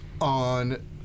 on